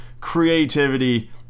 creativity